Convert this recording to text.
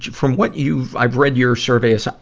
from what you i've read your survey, ah, so